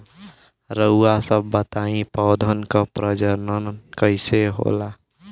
रउआ सभ बताई पौधन क प्रजनन कईसे होला?